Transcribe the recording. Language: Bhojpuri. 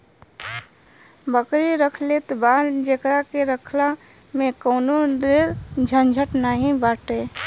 बकरी रख लेत बा जेकरा के रखला में कवनो ढेर झंझट नाइ बाटे